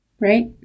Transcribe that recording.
Right